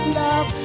love